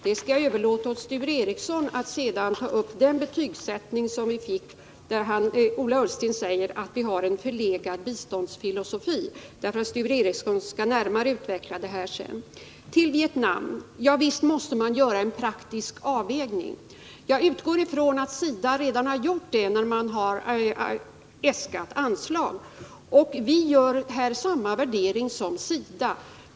Jag skall överlåta åt Sture Ericson att ta upp Ola Ullstens betygsättning, där han säger att vi har en förlegad biståndsfilosofi. Sture Ericson skall närmare utveckla denna fråga senare. När det gäller Vietnam så måste man göra en praktisk avvägning. Jag utgår ifrån att SIDA redan har gjort det när man har äskat anslag. Vi gör samma värdering som SIDA.